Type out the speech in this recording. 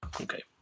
okay